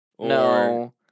No